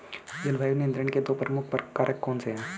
जलवायु नियंत्रण के दो प्रमुख कारक कौन से हैं?